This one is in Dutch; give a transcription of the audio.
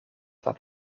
dat